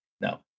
No